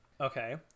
Okay